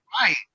right